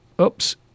oops